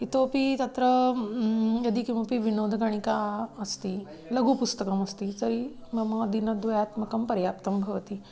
इतोपि तत्र यदि किमपि विनोदगणिका अस्ति लघुपुस्तकम् अस्ति तर्हि मम दिनद्वयात्मकं पर्याप्तं भवति